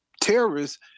terrorists